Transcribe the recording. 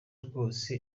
rwose